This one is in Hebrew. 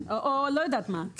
כן, או לא יודעת מה.